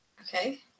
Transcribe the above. Okay